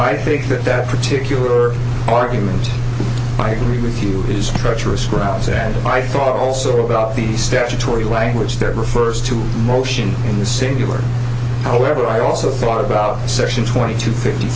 i think that that particular argument i agree with you is treacherous crouse and i thought also about the statutory language that refers to motion in the singular however i also thought about section twenty two fifty